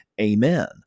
Amen